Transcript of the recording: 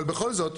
אבל בכל זאת,